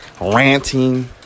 ranting